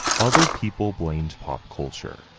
other people blamed pop culture,